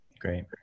great